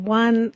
one